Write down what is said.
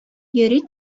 йөри